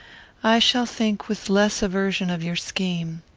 i shall think with less aversion of your scheme.